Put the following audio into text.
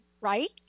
right